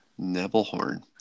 Nebelhorn